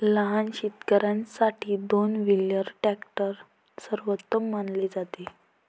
लहान शेतकर्यांसाठी दोन व्हीलर ट्रॅक्टर सर्वोत्तम मानले जाते